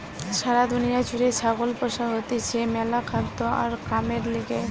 সারা দুনিয়া জুড়ে ছাগল পোষা হতিছে ম্যালা খাদ্য আর কামের লিগে